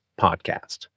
podcast